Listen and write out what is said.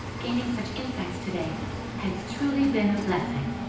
gaining such insights today has truly been a blessing!